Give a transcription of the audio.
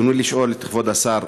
ברצוני לשאול את כבוד השר: